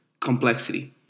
complexity